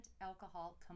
alcohol